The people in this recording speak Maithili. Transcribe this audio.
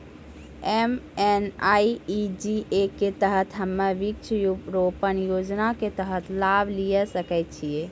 एम.एन.आर.ई.जी.ए के तहत हम्मय वृक्ष रोपण योजना के तहत लाभ लिये सकय छियै?